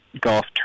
golf